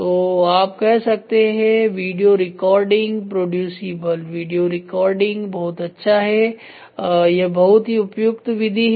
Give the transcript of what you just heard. तो आप कह सकते हैं video recording producible video recording बहुत अच्छा है यह बहुत ही उपयुक्त विधि है